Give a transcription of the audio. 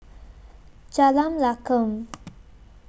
Jalan Lakum